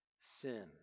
sin